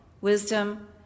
wisdom